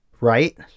right